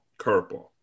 curveball